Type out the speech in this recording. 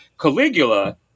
Caligula